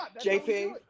jp